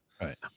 Right